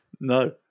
No